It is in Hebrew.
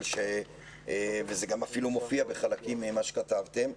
וזה אפילו מופיע בחלקים ממה שכתבתם,